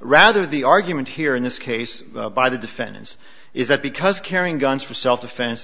rather the argument here in this case by the defense is that because carrying guns for self defen